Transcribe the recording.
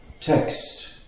text